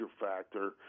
factor